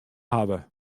hawwe